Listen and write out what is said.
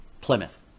plymouth